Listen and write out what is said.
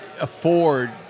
afford